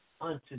unto